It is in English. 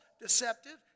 deceptive